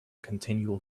continual